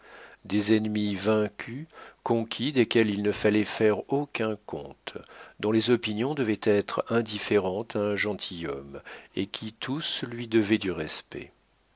des ennemis vaincus conquis desquels il ne fallait faire aucun compte dont les opinions devaient être indifférentes à un gentilhomme et qui tous lui devaient du respect